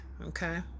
Okay